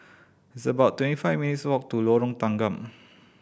it's about twenty five minutes' walk to Lorong Tanggam